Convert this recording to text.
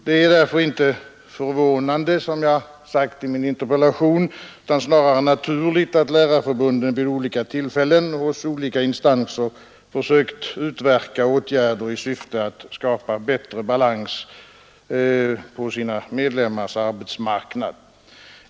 Det är därför inte förvånande, som jag också sagt i min interpellation, utan snarare naturligt att lärarförbunden vid olika tillfällen och hos olika instanser försökt utverka åtgärder i syfte att skapa bättre balans på sina medlemmars arbetsmarknad.